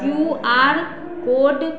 Q R code